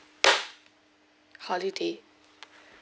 holiday